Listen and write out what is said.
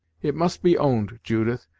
it must be owned, judith,